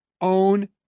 own